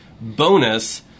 Bonus